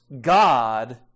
God